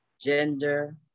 gender